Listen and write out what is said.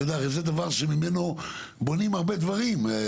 הרי זה דבר שממנו בונים הרבה דברים,